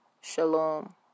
Shalom